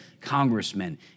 congressmen